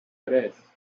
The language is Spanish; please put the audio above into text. tres